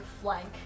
Flank